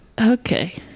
Okay